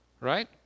right